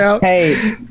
Hey